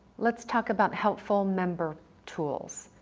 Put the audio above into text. let's talk about helpful member tools.